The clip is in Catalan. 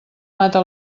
mata